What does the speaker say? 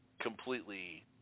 completely